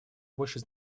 большей